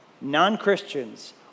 Non-Christians